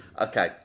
Okay